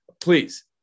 Please